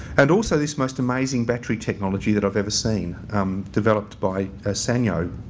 and also this most amazing battery technology that i've ever seen um developed by sanyo.